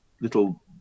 little